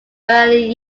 early